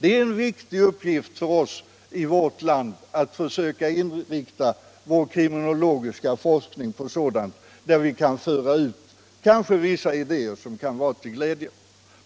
Det är en viktig uppgift för oss i vårt land att försöka ge vår kriminologiska forskning en sådan inriktning att vi kan få fram nya idéer som kan bli till nytta.